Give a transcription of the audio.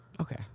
Okay